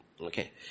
Okay